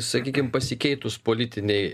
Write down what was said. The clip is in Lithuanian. sakykim pasikeitus politinei